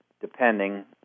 depending